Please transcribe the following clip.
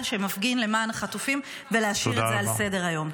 שמפגין למען החטופים ולהשאיר את זה על סדר-היום.